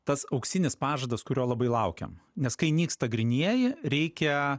tas auksinis pažadas kurio labai laukiam nes kai nyksta grynieji reikia